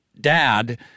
dad